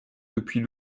depuis